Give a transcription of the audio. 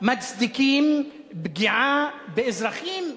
מצדיקים פגיעה באזרחים,